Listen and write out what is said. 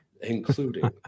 including